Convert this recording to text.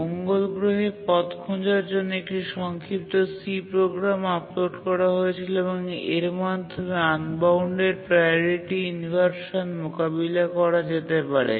মঙ্গল গ্রহে পথ খোঁজার জন্য একটি সংক্ষিপ্ত C প্রোগ্রাম আপলোড করা হয়েছিল এবং এর মাধ্যমে আনবাউন্ডেড প্রাওরিটি ইনভারসান মোকাবিলা করা যেতে পারে